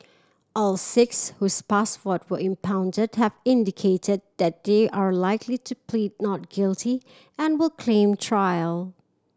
all six whose passport were impounded have indicated that they are likely to plead not guilty and will claim trial